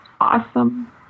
awesome